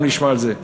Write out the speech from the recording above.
אנחנו נשמע על זה.